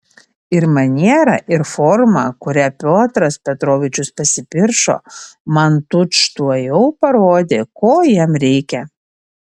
ir maniera ir forma kuria piotras petrovičius pasipiršo man tučtuojau parodė ko jam reikia